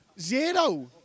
zero